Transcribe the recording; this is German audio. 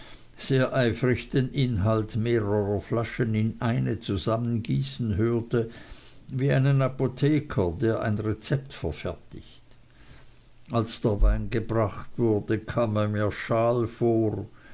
sehr eifrig den inhalt mehrerer flaschen in eine zusammengießen hörte wie einen apotheker der ein rezept verfertigt als der wein gebracht wurde kam er mir schal vor